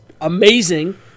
amazing